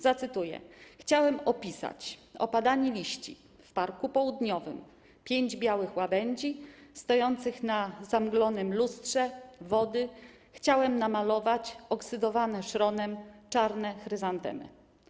Zacytuję: „Chciałem opisać/ opadanie liści/ w parku południowym// pięć białych łabędzi/ stojących na zamglonym lustrze/ wody// chciałem namalować/ oksydowane szronem/ czarne chryzantemy/